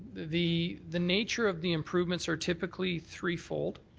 the the nature of the improvements are typically three-fold.